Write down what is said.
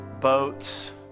boats